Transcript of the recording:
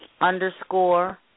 underscore